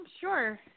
sure